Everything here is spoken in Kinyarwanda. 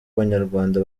abanyarwanda